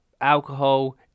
alcohol